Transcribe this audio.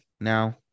now